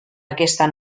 aquesta